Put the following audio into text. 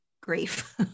grief